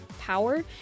power